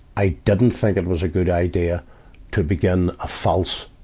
i didn't think it was a good idea to begin a false